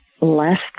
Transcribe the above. less